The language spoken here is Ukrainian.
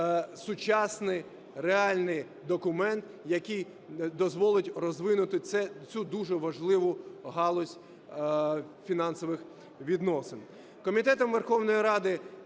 сучасний, реальний документ, який дозволить розвинути цю дуже важливу галузь фінансових відносин.